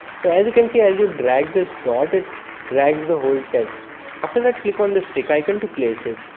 so as you can see as you drag this dot it drags the whole text after that click on this tick icon to place it